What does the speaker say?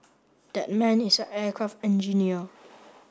that man is a aircraft engineer